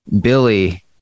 billy